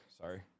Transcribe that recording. Sorry